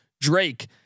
Drake